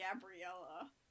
Gabriella